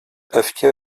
öfke